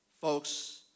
Folks